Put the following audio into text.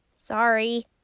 Sorry